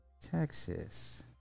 Texas